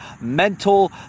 mental